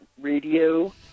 Radio